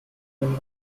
dann